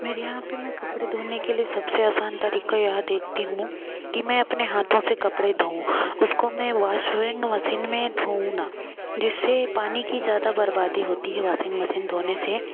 मेरे यहाँ पर मैं कपड़े धोने के लिए सबसे असान तरीका यह देखती हूँ की मैं अपने हाथों से कपड़े धोऊँ उसको मैं वासरेन मसीन में धोऊँ न जिससे पानी की ज़्यादा बर्बादी होती है वाशिंग मसीन धोने से